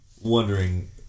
wondering